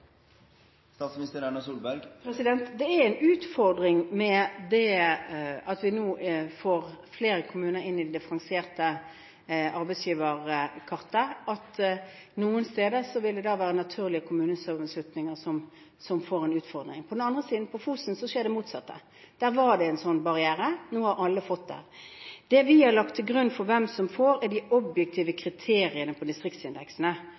Det er en utfordring når vi nå får flere kommuner inn på differensiert arbeidsgiveravgift-kartet, at det noen steder vil være naturlige kommunesammenslutninger. Det er en utfordring. På den andre siden, på Fosen, skjer det motsatte. Der var det en sånn barriere – nå har alle fått det. Det vi har lagt til grunn for hvem som får, er de objektive kriteriene på distriktsindeksene,